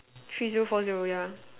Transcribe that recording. three zero four zero yeah